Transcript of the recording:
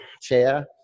Chair